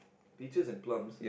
peaches and plums